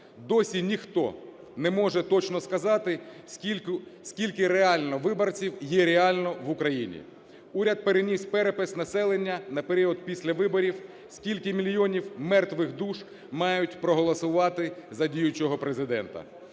Досі ніхто не може точно сказати, скільки реально виборців є реально в Україні. Уряд переніс перепис населення на період після виборів, скільки мільйонів мертвих душ мають проголосувати за діючого Президента.